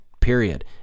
period